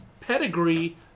pedigree